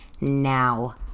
now